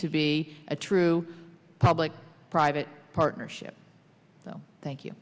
to be a true public private partnership so thank you